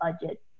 budget